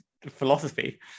philosophy